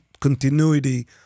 continuity